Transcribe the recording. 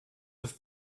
have